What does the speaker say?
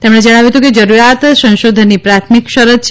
તેમણે જણાવ્યું હતું કે જરૂરીયાત સંશોધનની પ્રાથમિક શરત છે